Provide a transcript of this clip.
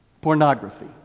pornography